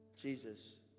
Jesus